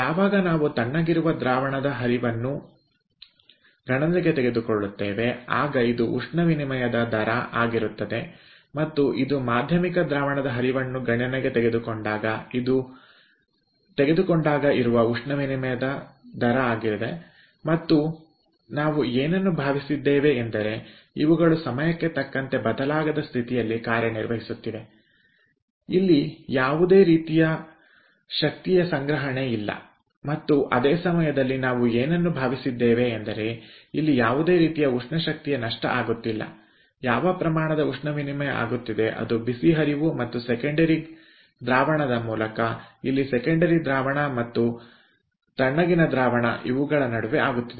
ಯಾವಾಗ ನಾವು ತಣ್ಣಗಿರುವ ದ್ರಾವಣದ ಹರಿವನ್ನು ಗಣನೆಗೆ ತೆಗೆದುಕೊಳ್ಳುತ್ತೇವೆ ಆಗ ಇದು ಉಷ್ಣ ವಿನಿಮಯದ ದರ ಆಗಿರುತ್ತದೆ ಮತ್ತು ಇದು ಮಾಧ್ಯಮಿಕ ದ್ರಾವಣದ ಹರಿವನ್ನು ಗಣನೆಗೆ ತೆಗೆದುಕೊಂಡಾಗ ಇರುವ ಉಷ್ಣ ವಿನಿಮಯ ಆಗಿದೆ ಮತ್ತು ನಾವು ಏನನ್ನು ಭಾವಿಸಿದ್ದೇವೆ ಎಂದರೆ ಇವುಗಳು ಸಮಯಕ್ಕೆ ತಕ್ಕಂತೆ ಬದಲಾಗದ ಸ್ಥಿತಿಯಲ್ಲಿ ಕಾರ್ಯನಿರ್ವಹಿಸುತ್ತಿವೆ ಇಲ್ಲಿ ಯಾವುದೇ ರೀತಿಯ ಶಕ್ತಿಯ ಸಂಗ್ರಹಣೆ ಇಲ್ಲ ಮತ್ತು ಅದೇ ಸಮಯದಲ್ಲಿ ನಾವು ಏನನ್ನು ಭಾವಿಸಿದ್ದೇವೆ ಎಂದರೆ ಇಲ್ಲಿ ಯಾವುದೇ ರೀತಿಯ ಉಷ್ಣಶಕ್ತಿಯ ನಷ್ಟ ಆಗುತ್ತಿಲ್ಲ ಯಾವ ಪ್ರಮಾಣದ ಉಷ್ಣ ವಿನಿಮಯ ಆಗುತ್ತಿದೆ ಅದು ಬಿಸಿ ಹರಿವು ಮತ್ತು ಸೆಕೆಂಡರಿ ದ್ರಾವಣದ ಮತ್ತು ಇಲ್ಲಿ ಸೆಕೆಂಡರಿ ದ್ರಾವಣ ಮತ್ತು ತಣ್ಣಗಿನ ದ್ರಾವಣ ಇವುಗಳ ನಡುವೆ ಆಗುತ್ತಿದೆ